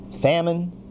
Famine